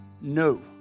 no